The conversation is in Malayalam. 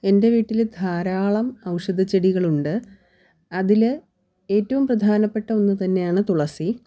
എൻ്റെ വീട്ടിൽ ധാരാളം ഔഷധച്ചെടികളുണ്ട് അതിൽ ഏറ്റവും പ്രധാനപ്പെട്ട ഒന്ന് തന്നെയാണ് തുളസി